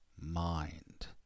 mind